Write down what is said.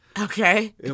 Okay